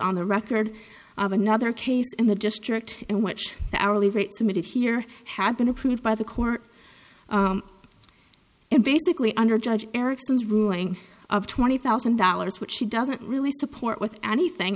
on the record of another case in the district in which the hourly rate submitted here had been approved by the court and basically under judge eriksson's ruling of twenty thousand dollars which she doesn't really support with anything